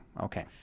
Okay